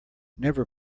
never